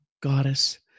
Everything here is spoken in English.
goddess